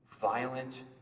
violent